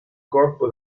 corpo